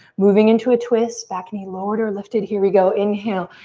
moving into a twist. back knee lowered or lifted. here we go. inhale,